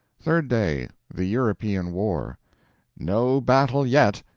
third day the european war no battle yet!